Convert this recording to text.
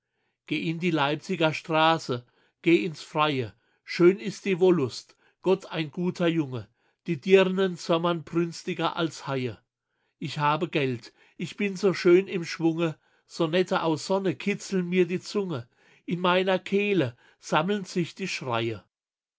geh in die leipzigerstraße geh ins freie schön ist die wollust gott ein guter junge die dirnen sommern brünstiger als haie ich habe geld ich bin so schön im schwunge sonette aus sonne kitzeln mir die zunge in meiner kehle sammeln sich die schreie